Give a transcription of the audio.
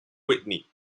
whitney